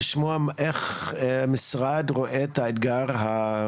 לשמוע איך המשרד רואה את האתגר הזה.